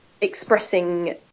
expressing